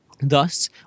Thus